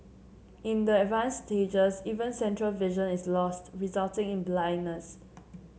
in the advanced stages even central vision is lost resulting in blindness